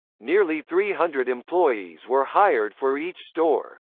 nearly three hundred employees were hired for each store.